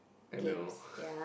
M_L